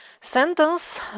sentence